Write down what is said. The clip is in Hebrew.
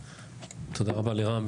תודה רבה לרם.